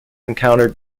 encountered